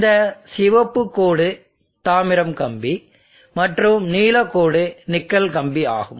இந்த சிவப்பு கோடு தாமிரம் கம்பி மற்றும் நீல கோடு நிக்கல் கம்பி ஆகும்